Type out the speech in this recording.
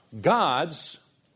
God's